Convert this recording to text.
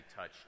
touch